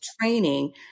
training